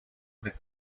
avec